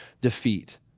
defeat